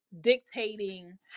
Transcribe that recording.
dictating